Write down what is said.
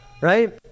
right